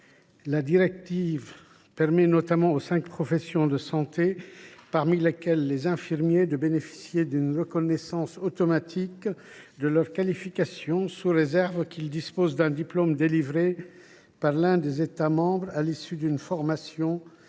directive permet notamment à cinq professions de santé, parmi lesquelles figurent les infirmiers, de profiter d’une reconnaissance automatique de leurs qualifications, sous réserve de disposer d’un diplôme délivré par l’un des États membres à l’issue d’une formation respectant